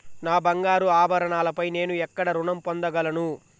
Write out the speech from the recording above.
నా బంగారు ఆభరణాలపై నేను ఎక్కడ రుణం పొందగలను?